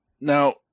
now